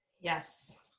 Yes